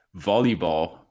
volleyball